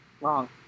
Wrong